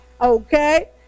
okay